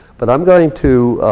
but i'm going to